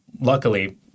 luckily